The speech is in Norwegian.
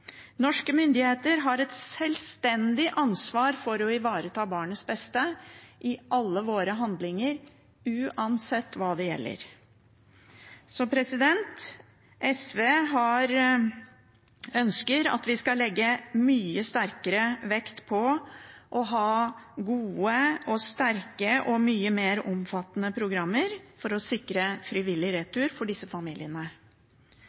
Norske myndigheter har et sjølstendig ansvar for å ivareta barnets beste i alle sine handlinger, uansett hva det gjelder. SV ønsker at vi skal legge mye sterkere vekt på å ha gode, sterke og mye mer omfattende programmer for å sikre frivillig